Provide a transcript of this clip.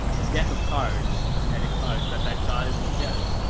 the deck of cards, the genetic code that that child was dead.